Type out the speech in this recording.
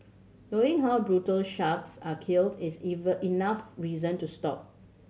knowing how brutal sharks are killed is even enough reason to stop